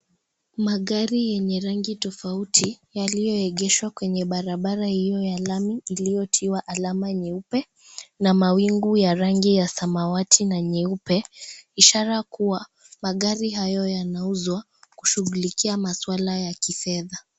Magari yenye rangi tofauti yaliyoegeshwa kwenye barabara hiyo ya lami iliyotiwa alama nyeupe na mawingu ya rangi ya samawati na nyeupe, ishara kuwa magari hayo yanauzwa kushughulikia maswala ya kifedha.